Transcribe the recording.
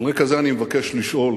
ועל רקע זה אני מבקש לשאול: